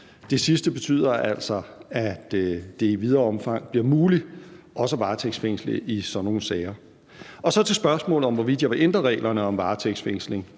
Det sidste betyder altså, at det i videre omfang bliver muligt også at varetægtsfængsle i sådan nogle sager. Så til spørgsmålet om, hvorvidt jeg vil ændre reglerne om varetægtsfængsling.